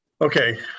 Okay